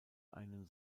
einen